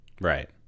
right